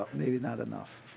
maybe not enough.